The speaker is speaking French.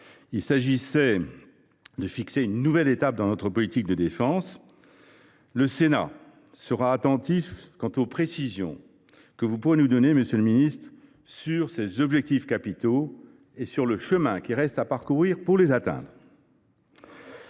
Il s’agissait de fixer une nouvelle étape de notre politique de défense et de sécurité. Le Sénat sera attentif aux précisions que vous pourrez nous donner, monsieur le ministre, sur ces objectifs capitaux et sur le chemin qui reste à parcourir pour les atteindre.